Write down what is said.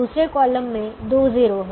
दूसरे कॉलम में दो 0 हैं